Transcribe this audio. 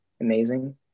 amazing